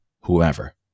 whoever